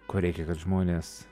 ko reikia kad žmonės